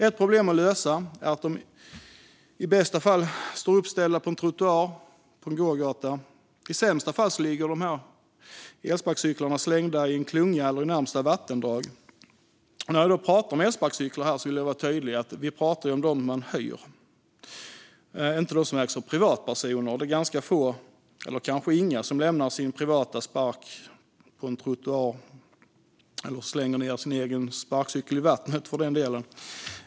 Ett problem att lösa är att elsparkcyklarna i bästa fall står uppställda på en trottoar eller gågata men i sämsta fall ligger slängda i en klunga eller i närmaste vattendrag. När jag pratar om elsparkcyklar här vill jag vara tydlig med att jag menar dem man hyr, inte dem som ägs av privatpersoner. Det är ganska få - kanske ingen - som lämnar sin privata sparkcykel på en trottoar eller slänger den i vattnet, för den delen.